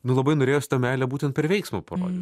nu labai norėjosi tą meilę būtent per veiksmą parodyt